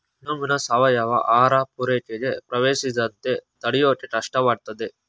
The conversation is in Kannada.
ಜೀನೋಮ್ನ ಸಾವಯವ ಆಹಾರ ಪೂರೈಕೆಗೆ ಪ್ರವೇಶಿಸದಂತೆ ತಡ್ಯೋಕೆ ಕಷ್ಟವಾಗ್ತದೆ